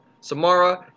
Samara